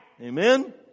Amen